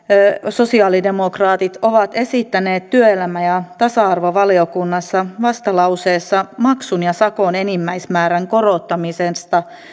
sosialidemokraatit ovat esittäneet työelämä ja tasa arvovaliokunnassa vastalauseessa maksun ja sakon enimmäismäärän korottamista